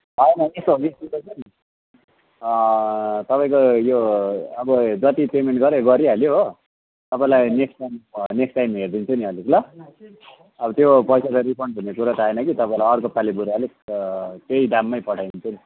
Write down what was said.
होइन यस्तो हो कि तपाईँको यो अब जति पेमेन्ट गऱ्यो गरिहाल्यो हो तपाईँलाई नेक्स्ट टाइम नेक्स्ट टाइम हेरिदिन्छु नि अलिक ल अब त्यो पैसा त रिफन्ड हुने कुरा त आएन कि तपाईँलाई अर्कोपालि बरू अलिक त्यही दाममै पठाइदिन्छु नि